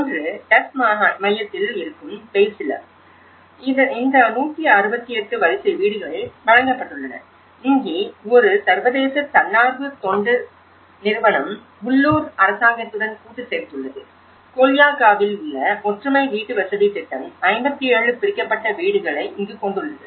ஒன்று டஸ் மையத்தில் இருக்கும் பெய்சிலர் இந்த 168 வரிசை வீடுகள் வழங்கப்பட்டுள்ளன இங்கே ஒரு சர்வதேச தன்னார்வ தொண்டு நிறுவனம் உள்ளூர் அரசாங்கத்துடன் கூட்டு சேர்ந்துள்ளது கோல்யாகாவில் உள்ள ஒற்றுமை வீட்டுவசதி திட்டம் 57 பிரிக்கப்பட்ட வீடுகள் இங்கே கொண்டுள்ளது